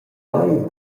mei